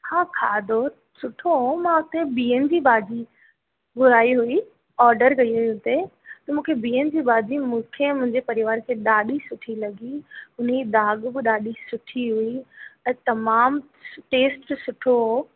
हा खाधो सुठो हुओ मां हुते बिहनि जी भाॼी घुराई हुई ऑडर कई हुई हुते त मूंखे बिहनि जी भाॼी मूंखे ऐं मुंहिंजे परिवार खे ॾाढी सुठी लॻी हुनजी दाॻ ब ॾाढी सुठी हुई ऐं तमामु टेस्ट सुठो हुओ